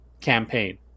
campaign